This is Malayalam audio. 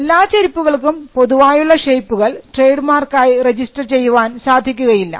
എല്ലാ ചെരിപ്പുകൾക്കും പൊതുവായുള്ള ഷേപ്പുകൾ ട്രേഡ് മാർക്കായി രജിസ്റ്റർ ചെയ്യുവാൻ സാധിക്കുകയില്ല